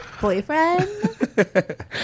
boyfriend